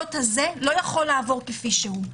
הסמכויות הזה לא יכול לעבור כפי שהוא.